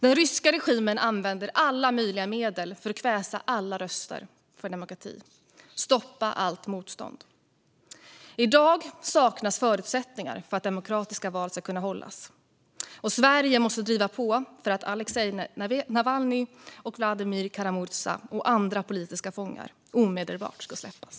Den ryska regimen använder alla möjliga medel för att kväsa alla röster för demokrati och stoppa allt motstånd. I dag saknas förutsättningar för att demokratiska val ska kunna hållas. Sverige måste driva på för att Aleksej Navalnyj, Vladimir Kara-Murza och andra politiska fångar omedelbart ska släppas.